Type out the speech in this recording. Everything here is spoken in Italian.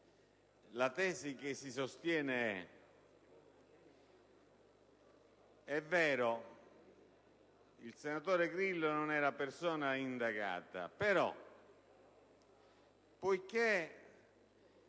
la tesi che ora si sostiene è che il senatore Grillo non era persona indagata, ma poiché